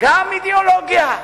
גם אידיאולוגיה.